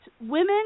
women